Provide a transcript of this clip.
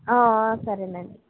సరేనండి